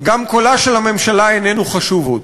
גם קולה של הממשלה איננו חשוב עוד.